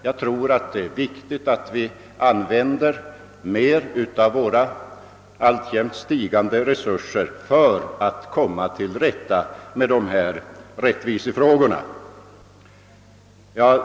Jag tror att det är viktigt att vi använder mera av våra alltjämt stigande resurser för att komma till rätta med dessa rättvisefrågor.